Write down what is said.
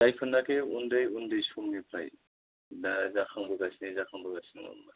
जायफोरनाखि उन्दै उन्दै समनिफ्राय दा जाखांबोगासिनो जाखांबोगासिनो नङा होनबा